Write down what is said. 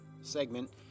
segment